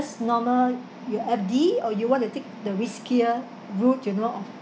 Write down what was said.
normal your F_D or you want to take the riskier route you know of